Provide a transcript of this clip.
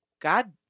God